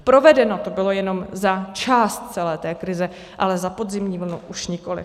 Provedeno to bylo jenom za část celé té krize, ale za podzimní vlnu už nikoliv.